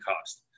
cost